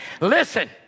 Listen